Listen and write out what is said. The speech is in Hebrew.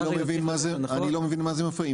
אני לא מבין מה זה מפריע.